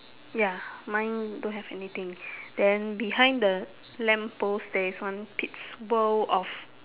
ya mine don't have anything then behind the lamppost there is one pete's world of